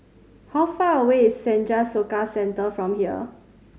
how far away is Senja Soka Centre from here